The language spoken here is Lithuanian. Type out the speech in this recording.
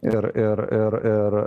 ir ir ir ir